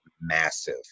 massive